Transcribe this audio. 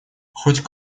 хоть